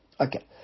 Okay